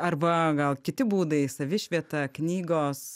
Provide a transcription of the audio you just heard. arba gal kiti būdai savišvieta knygos